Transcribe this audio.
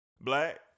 Black